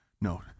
No